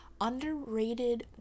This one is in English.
Underrated